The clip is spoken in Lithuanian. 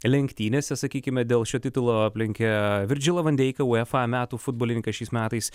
lenktynėse sakykime dėl šio titulo aplenkė virdžilą van deiką uefa metų futbolininką šiais metais